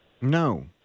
No